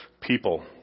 people